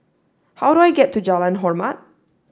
how do I get to Jalan Hormat